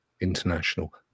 international